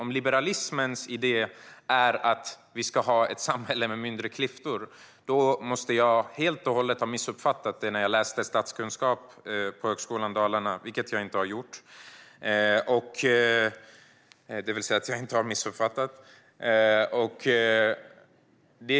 Om liberalismens idé är att vi ska ha ett samhälle med mindre klyftor måste jag helt och hållet ha missuppfattat det när jag läste statskunskap på Högskolan Dalarna, och jag tror inte att jag missuppfattade det.